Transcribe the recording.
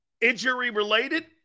injury-related